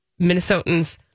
Minnesotans